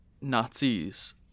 Nazis